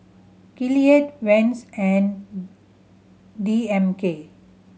Gillette Vans and D M K